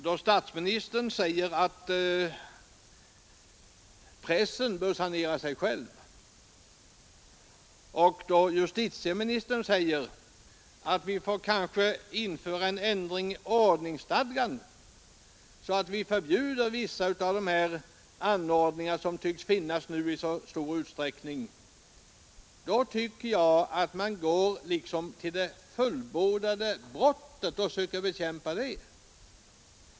Då statsministern säger att pressen bör sanera sig själv och då justitieministern säger att vi kanske får införa en ändring i ordnings stadgan så att vi förbjuder viss verksamhet som nu tycks finnas i så stor utsträckning, går man enligt min mening på det fullbordade brottet och försöker bekämpa det.